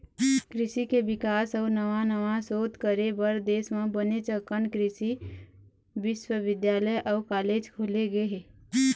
कृषि के बिकास अउ नवा नवा सोध करे बर देश म बनेच अकन कृषि बिस्वबिद्यालय अउ कॉलेज खोले गे हे